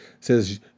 says